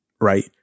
Right